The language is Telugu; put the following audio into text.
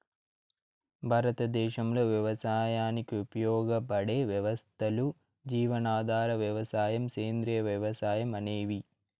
భారతదేశంలో వ్యవసాయానికి ఉపయోగపడే వ్యవస్థలు జీవనాధార వ్యవసాయం, సేంద్రీయ వ్యవసాయం అనేవి